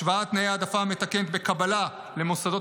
השוואת תנאי העדפה מתקנת בקבלה למוסדות